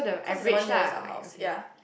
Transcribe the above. cause it's the one nearest to our house ya